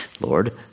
Lord